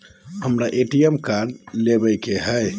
हमारा ATM card लेव के हई